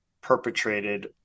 perpetrated